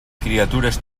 criatures